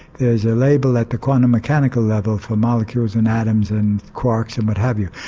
there is a label at the quantum mechanical level for molecules and atoms and quarks and what have you,